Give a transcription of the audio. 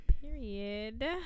Period